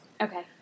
Okay